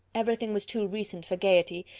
every thing was too recent for gaiety,